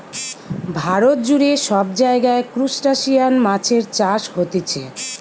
ভারত জুড়ে সব জায়গায় ত্রুসটাসিয়ান মাছের চাষ হতিছে